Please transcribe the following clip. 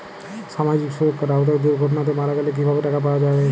সামাজিক সুরক্ষার আওতায় দুর্ঘটনাতে মারা গেলে কিভাবে টাকা পাওয়া যাবে?